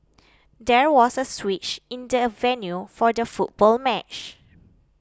there was a switch in the venue for the football match